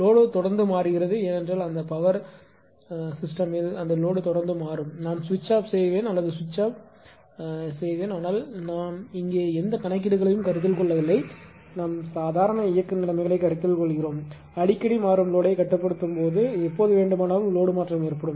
load தொடர்ந்து மாறுகிறது ஏனென்றால் அந்த பவர் ஸிஸ்டெமில் அந்த லோடு தொடர்ந்து மாறும் நான் சுவிட்ச் ஆஃப் செய்வேன் அல்லது சுவிட்ச்ஆன் செய்வேன் ஆனால் நாம் இங்கே எந்த கணக்கீடுகளையும் கருத்தில் கொள்ளவில்லை நாம் சாதாரண இயக்க நிலைமைகளை கருத்தில் கொள்கிறோம் அடிக்கடி மாறும் லோடை கட்டுப்படுத்தும் போது எப்போது வேண்டுமானாலும் லோடு மாற்றம் ஏற்படும்